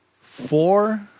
four